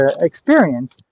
experience